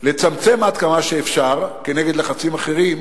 לצמצם עד כמה שאפשר, כנגד לחצים אחרים,